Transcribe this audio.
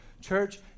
Church